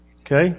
Okay